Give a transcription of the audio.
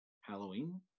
Halloween